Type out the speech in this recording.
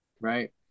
Right